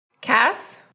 Cass